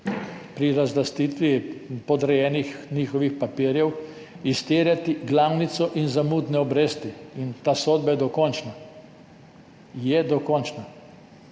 pri razlastitvi podrejenih, njihovih papirjev, izterjati glavnico in zamudne obresti, in ta sodba je dokončna. Ne vem, dam